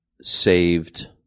saved